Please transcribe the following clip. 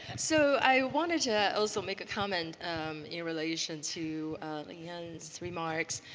so i wanted to also make a comment in relation to lee ann's remarks.